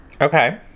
Okay